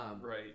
Right